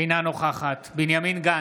אינה נוכחת בנימין גנץ,